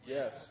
Yes